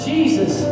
Jesus